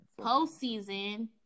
postseason